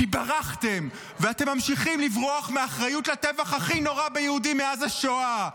כי ברחתם ואתם ממשיכים לברוח מאחריות לטבח הכי נורא ביהודים מאז השואה.